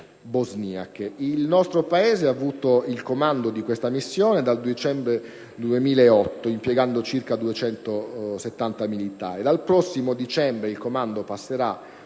Il nostro Paese ha avuto il comando di questa missione dal dicembre 2008, impiegando circa 270 militari.